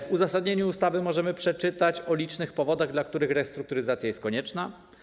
W uzasadnieniu ustawy możemy przeczytać o licznych powodach, dla których restrukturyzacja jest konieczna.